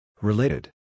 Related